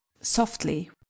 softly